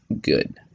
good